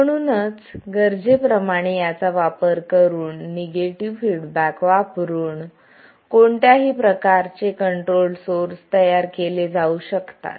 म्हणूनच गरजेप्रमाणे याचा वापर करून निगेटिव्ह फीडबॅक वापरून कोणत्याही प्रकारचे कंट्रोल्ड सोर्स तयार केले जाऊ शकतात